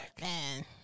Man